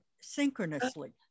synchronously